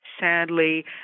sadly